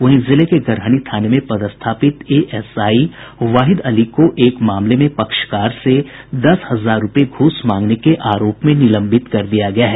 वहीं जिले के गरहनी थाने में पदस्थापित एएसआई वाहिद अली को एक मामले में पक्षकार से दस हजार रूपये घूस मांगने के आरोप में निलंबित कर दिया गया है